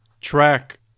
track